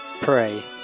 pray